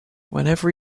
whenever